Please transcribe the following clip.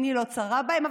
עיני לא צרה בהם,